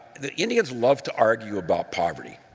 the indians love to argue about poverty.